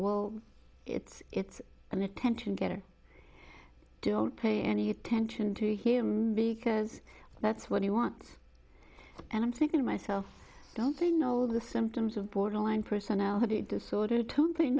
well it's an attention getter don't pay any attention to him because that's what he wants and i'm thinking to myself don't think you know the symptoms of borderline personality disorder